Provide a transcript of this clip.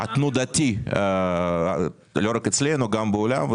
זה תנודתי לא רק אצלנו אלא גם בעולם.